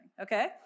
okay